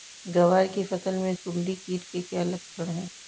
ग्वार की फसल में सुंडी कीट के क्या लक्षण है?